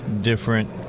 different